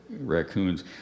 raccoons